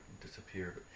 disappear